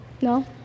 No